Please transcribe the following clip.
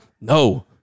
No